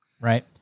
right